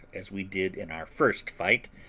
as we did in our first fight,